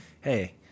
hey